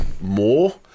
more